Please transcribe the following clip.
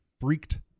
Freaked